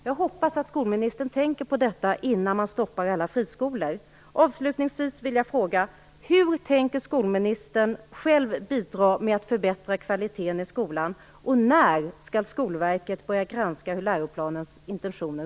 Jag hoppas att skolministern tänker på detta innan regeringen stoppar alla friskolor.